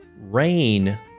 rain